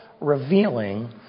revealing